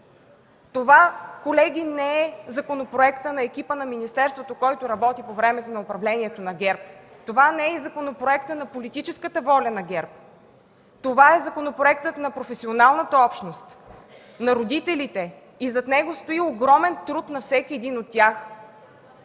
Това, колеги, не е законопроектът на екипа на министерството, който работи по време на управлението на ГЕРБ. Не е и законопроектът на политическата воля на ГЕРБ. Това е законопроектът на професионалната общност, на родителите и зад него стои огромният труд на всеки от тях.